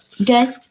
okay